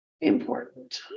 important